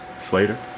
Slater